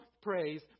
praise